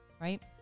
right